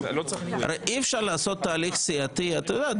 הרי אי אפשר לעשות תהליך סיעתי את יודעת,